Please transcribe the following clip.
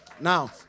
now